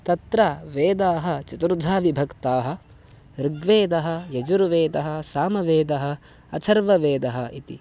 तत्र वेदाः चतुर्धा विभक्ताः ऋग्वेदः यजुर्वेदः सामवेदः अथर्ववेदः इति